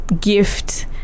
gift